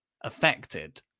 affected